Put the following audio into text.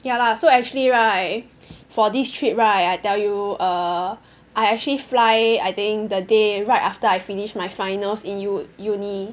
ya lah so actually right for this trip right I tell you err I actually fly I think the day right after I finished my finals in u~ uni